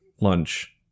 lunch